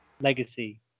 legacy